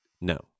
no